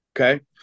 Okay